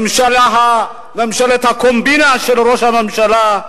ממשלת הקומבינה של ראש הממשלה,